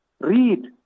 Read